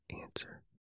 answer